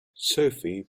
sophie